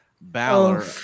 Balor